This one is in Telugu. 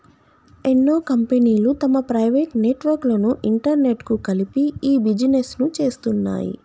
ఎన్నో కంపెనీలు తమ ప్రైవేట్ నెట్వర్క్ లను ఇంటర్నెట్కు కలిపి ఇ బిజినెస్ను చేస్తున్నాయి